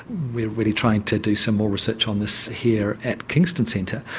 we are really trying to do so more research on this here at kingston centre.